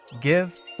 give